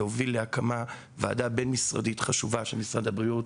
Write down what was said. זה הוביל להקמת וועדה בין משרדית חשובה שמשרד הבריאות